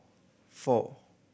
four